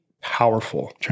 powerful